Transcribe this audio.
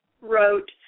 wrote